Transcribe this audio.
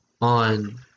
on